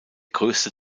größte